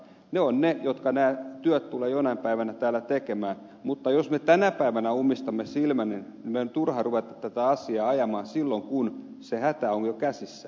ne ovat ne jotka työt tulevat jonain päivänä täällä tekemään mutta jos me tänä päivänä ummistamme silmämme meidän on turha ruveta tätä asiaa ajamaan silloin kun se hätä on jo käsissä